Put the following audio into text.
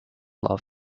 love